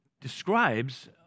describes